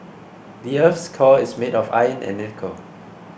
the earth's core is made of iron and nickel